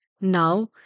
Now